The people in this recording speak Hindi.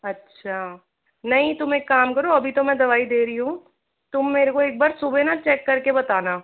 अच्छा नहीं तुम एक काम करो अभी तो मैं दवाई दे रही तुम मेरे को एक बार सुबह न चेक करके बताना